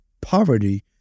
poverty